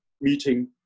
meeting